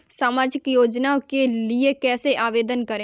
सामाजिक योजना के लिए कैसे आवेदन करें?